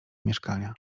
mieszkania